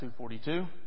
2.42